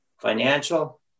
financial